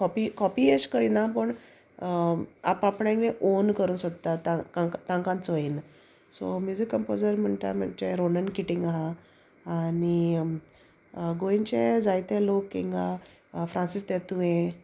copy copy अशें करिना पूण आप आपणागे ओन करूंक सोदता तांकां चोयन सो म्युजीक कंपोजर म्हणटा म्हणजे रोनन किटींग आहा आनी गोंयचे जायते लोक हिंगा फ्रांसीस तेतुये